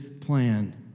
plan